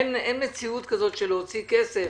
אין מציאות כזו להוציא כסף,